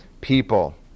people